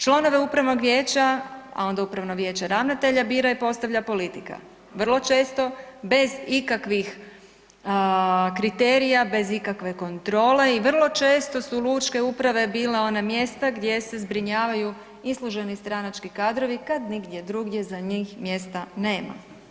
Članove upravnog vijeća, a onda upravno vijeće ravnatelja bira i postavlja politika, vrlo često bez ikakvih kriterija, bez ikakve kontrole i vrlo često su lučke uprave bilo ona mjesta gdje se zbrinjavaju isluženi stranački kadrovi kad nigdje drugdje za njih mjesta nema.